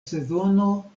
sezono